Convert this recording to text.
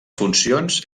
funcions